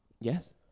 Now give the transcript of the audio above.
Yes